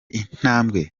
intambwe